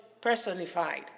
personified